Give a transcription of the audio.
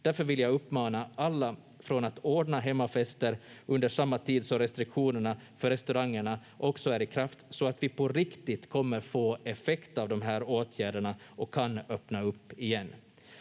Därför vill jag uppmana alla att avstå från att ordna hemmafester under samma tid som restriktionerna för restaurangerna också är i kraft, så att vi på riktigt kommer få effekt av de här åtgärderna och kan öppna upp igen.